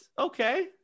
Okay